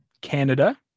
Canada